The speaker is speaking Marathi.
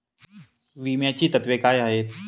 विम्याची तत्वे काय आहेत?